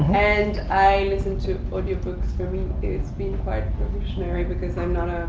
and i listen to audiobooks, for me, it's been quite revolutionary, because i'm not a,